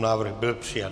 Návrh byl přijat.